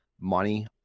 money